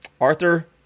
Arthur